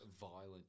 violent